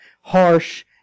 harsh